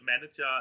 manager